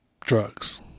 drugs